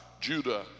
Judah